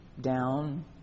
down